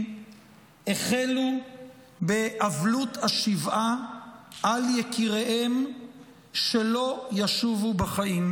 החלו באבלות השבעה על יקיריהם שלא ישובו בחיים: